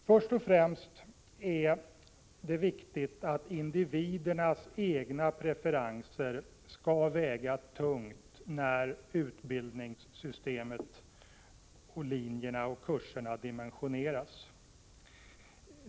Först och främst är det viktigt att individernas egna preferenser skall väga tungt när utbildningssystemet, linjerna och kurserna dimensioneras.